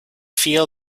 feel